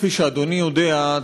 כפי שאדוני יודע,